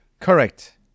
Correct